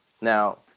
Now